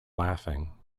laughing